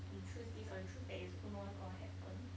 you choose this or you choose that you also don't know what's gonna happen